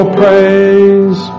praise